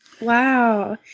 Wow